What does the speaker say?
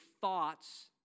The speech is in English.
thoughts